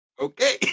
okay